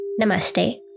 Namaste